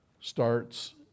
starts